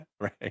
Right